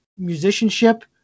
musicianship